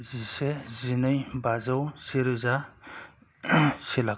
जिसे जिनै बाजौ सेरोजा से लाख